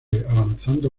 avanzando